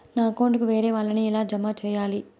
నా అకౌంట్ కు వేరే వాళ్ళ ని ఎలా జామ సేయాలి?